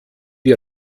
die